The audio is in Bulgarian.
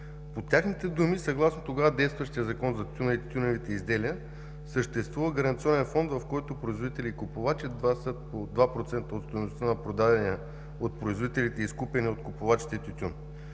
По техните думи, съгласно тогава действащия Закон за тютюна и тютюневите изделия, съществува Гаранционен фонд, в който производители и купувачи внасят по 2% от стойността на продадения от производителите и изкупения от купувачите тютюн.